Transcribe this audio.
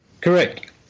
Correct